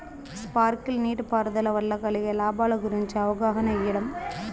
Sprinkle నీటిపారుదల వల్ల కలిగే లాభాల గురించి అవగాహన ఇయ్యడం?